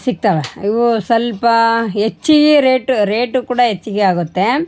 ಸಿಗ್ತಾವೆ ಇವು ಸ್ವಲ್ಪ ಹೆಚ್ಚಿಗೆ ರೇಟ್ ರೇಟ್ ಕೂಡ ಹೆಚ್ಚಿಗೆ ಆಗುತ್ತೆ